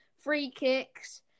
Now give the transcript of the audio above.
free-kicks